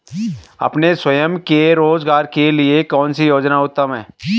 अपने स्वयं के रोज़गार के लिए कौनसी योजना उत्तम है?